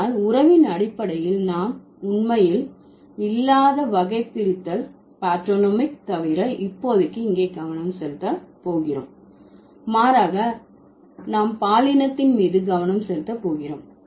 ஆனால் உறவின் அடிப்படையில் நாம் உண்மையில் இல்லாத வகை பிரித்தல் பார்ட்டோனோமிக் தவிர இப்போதைக்கு இங்கே கவனம் செலுத்த போகிறோம் மாறாக நாம் பாலினத்தின் மீது கவனம் செலுத்த போகிறோம்